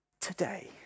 today